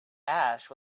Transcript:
ash